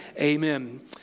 Amen